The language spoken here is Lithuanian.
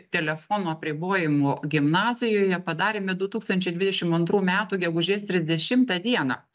telefono apribojimo gimnazijoje padarėme du tūkstančiai dvidešim antrų metų gegužės trisdešimtą dieną